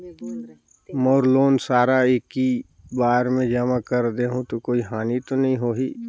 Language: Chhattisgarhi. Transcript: मोर लोन सारा एकी बार मे जमा कर देहु तो कोई हानि तो नी होही?